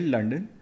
London